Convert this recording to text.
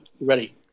Ready